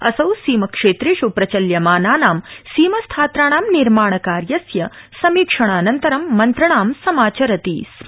असौ सीमक्षेत्रेष् प्रचल्यमानानां सीम स्थात्राणां निर्माण कार्यस्य समीक्षणानन्तरं मन्त्रणाम् समाचरति स्म